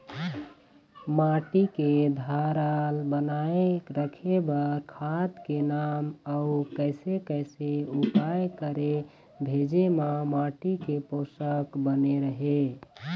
माटी के धारल बनाए रखे बार खाद के नाम अउ कैसे कैसे उपाय करें भेजे मा माटी के पोषक बने रहे?